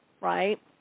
right